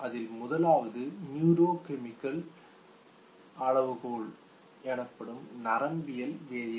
அதில் முதலாவது neuro chemical அளவுகோல் நரம்பியல் வேதியியல்